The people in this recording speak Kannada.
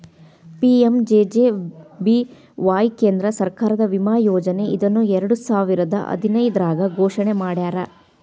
ಪಿ.ಎಂ.ಜೆ.ಜೆ.ಬಿ.ವಾಯ್ ಕೇಂದ್ರ ಸರ್ಕಾರದ ವಿಮಾ ಯೋಜನೆ ಇದನ್ನ ಎರಡುಸಾವಿರದ್ ಹದಿನೈದ್ರಾಗ್ ಘೋಷಣೆ ಮಾಡ್ಯಾರ